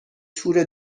تور